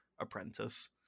apprentice